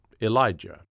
Elijah